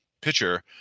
pitcher